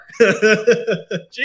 Jesus